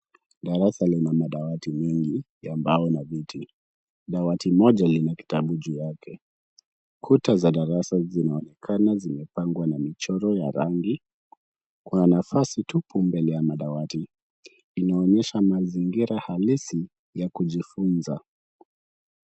Darasa lina madawati mingi ya mbao na viti. Dawati moja lina kitabu juu yake. Kuta za darasa zinaonekana zimepangwa na michoro ya rangi. Kuna nafasi tupu mbele ya madawati. Inaonyesha mazingira halisi ya kujifunza.